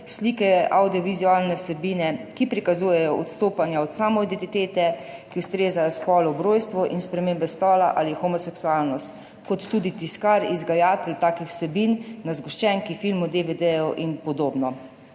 slike, avdiovizualne vsebine, ki prikazujejo odstopanja od samoidentitete, ki ustreza spolu ob rojstvu, in spremembo spola ali homoseksualnost, ter tudi tiskar, izdajatelj takih vsebin na zgoščenki, filmu, DVD in podobno.